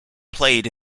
played